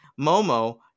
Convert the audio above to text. Momo